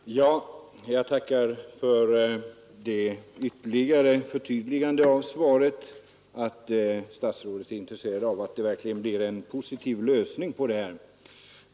Herr talman! Jag tackar för detta förtydligande av svaret och för att statsrådet är intresserad av att det blir en positiv lösning.